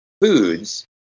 foods